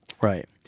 Right